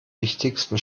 wichtigsten